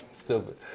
Stupid